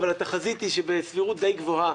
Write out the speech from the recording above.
אבל התחזית היא שבסבירות דיי גבוהה,